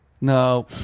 No